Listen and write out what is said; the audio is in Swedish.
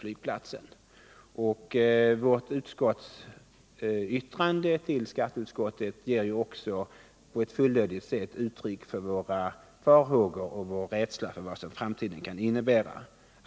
Trafikutskottets yttrande till skatteutskottet ger också på ett fullödigt sätt uttryck för våra farhågor och vår rädsla för vad framtiden kan innebära.